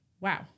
wow